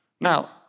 Now